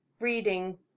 Reading